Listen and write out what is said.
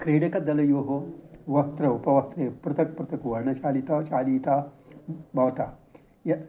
क्रीडकदलयोः वस्त्र उपवस्त्रे पृथक् पृथक् वर्णशालिता शालिता भविता य